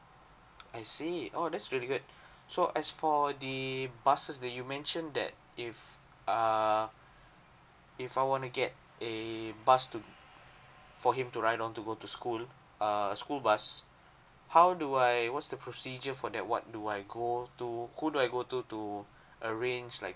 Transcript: I see oh that's really good so as for the buses that you mentioned that if err if I want to get a bus to for him to ride on to go to school err school bus how do I what's the procedure for that what do I go to who do I go to to arrange like